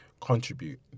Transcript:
contribute